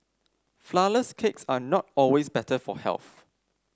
flourless cakes are not always better for health